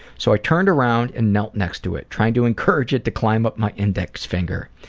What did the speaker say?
so i turned around and knelt next to it trying to encourage it to climb up my index finger.